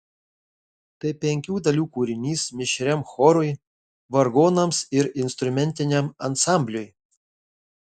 tai penkių dalių kūrinys mišriam chorui vargonams ir instrumentiniam ansambliui